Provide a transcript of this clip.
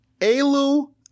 Elu